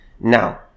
Now